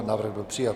Návrh byl přijat.